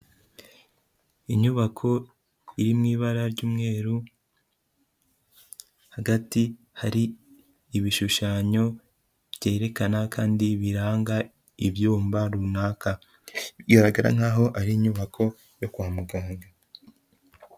Inyubako iri mu ibara ry'umweru, hagati hari ibishushanyo byerekana kandi biranga ibyumba runaka bigaragara nk'aho ari inyubako yo kwa muganga.